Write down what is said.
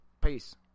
Peace